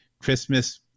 Christmas